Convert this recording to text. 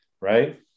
right